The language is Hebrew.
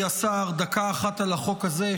דקה אחת על החוק הזה,